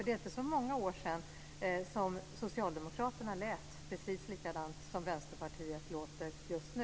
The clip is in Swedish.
Det är inte så många år sedan som Socialdemokraterna lät precis likadant som Vänsterpartiet låter just nu.